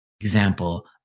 example